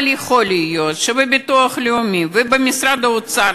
אבל יכול להיות שבביטוח הלאומי ובמשרד האוצר